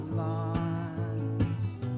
lost